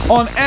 on